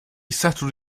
settled